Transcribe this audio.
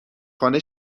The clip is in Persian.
خانه